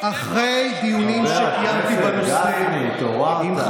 מה שרואים מכאן לא רואים משם.